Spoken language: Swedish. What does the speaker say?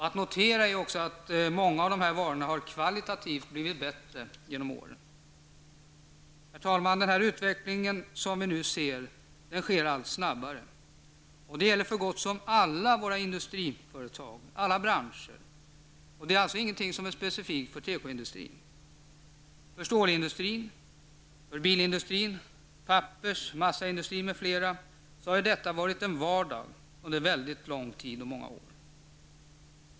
Att notera är också att många av dessa varor har blivit kvalitativt bättre genom åren. Herr talman! Den utveckling som vi nu ser går allt snabbare. Det gäller för så gott som alla våra industriföretag, för alla branscher. Det är alltså ingenting som är specifikt för tekoindustrin. För stålindustrin, för bilindustrin, för pappers och massaindustrin m.fl. har detta varit en vardag under väldigt lång tid, ja, under många år.